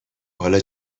حالا